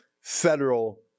federal